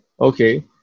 Okay